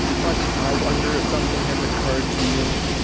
but i wonder if something has occurred to you?